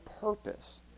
purpose